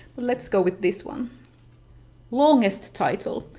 let's go with this one longest title.